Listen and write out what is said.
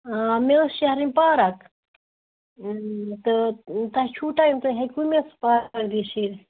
آ مےٚ ٲس شٮ۪ہرٕنۍ پارَک تہٕ تۄہہِ چھُو ٹایِم تُہۍ ہیٚکوٕ مےٚ سُہ پارک دِتھ شِیٖرِتھ